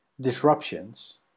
disruptions